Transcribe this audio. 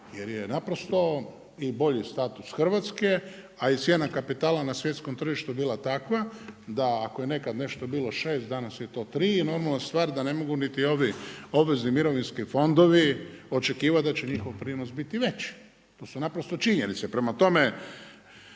jer je naprosto i bolji status Hrvatske a i cijena kapitala na svjetskom tržištu je bila takva da ako je nekad nešto bilo 6, danas je to 3 i normalna stvar da ne mogu niti ovi obvezni mirovinski fondovi očekivati da će njihov prinos biti veći. To su naprosto činjenice. Prema tome,